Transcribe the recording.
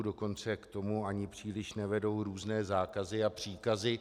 Dokonce k tomu ani příliš nevedou různé zákazy a příkazy.